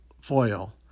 foil